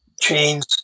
chains